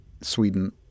Sweden